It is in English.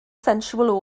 sensual